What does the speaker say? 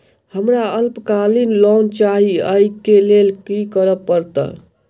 हमरा अल्पकालिक लोन चाहि अई केँ लेल की करऽ पड़त?